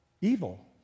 evil